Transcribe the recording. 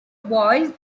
boys